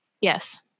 Yes